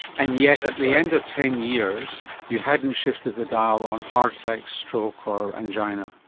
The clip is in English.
and yet at the end of ten years you hadn't shifted the dial on heart attack, stroke or angina.